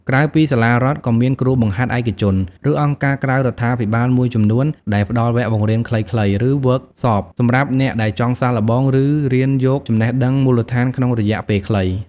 ក្រៅពីសាលារដ្ឋ ក៏មានគ្រូបង្ហាត់ឯកជន ឬអង្គការក្រៅរដ្ឋាភិបាលមួយចំនួនដែលផ្ដល់វគ្គបង្រៀនខ្លីៗ ឬវើកសប (Workshop) សម្រាប់អ្នកដែលចង់សាកល្បង ឬរៀនយកចំណេះដឹងមូលដ្ឋានក្នុងរយៈពេលខ្លី។